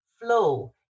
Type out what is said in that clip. flow